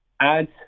ads